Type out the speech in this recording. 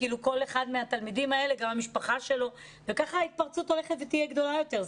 וכך ההתפרצות תהיה גדולה יותר,